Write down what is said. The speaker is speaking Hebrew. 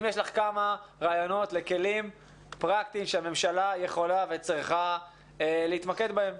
האם יש לך כמה רעיונות לכלים פרקטיים שהממשלה יכולה וצריכה להתמקד בהם